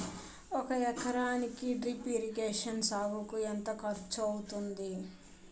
ఒక ఎకరానికి drip irrigation సాగుకు ఎంత ఖర్చు అవుతుంది?